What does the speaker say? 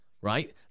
right